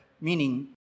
meaning